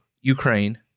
Ukraine